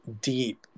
deep